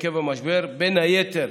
עקב המשבר, בין היתר